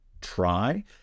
try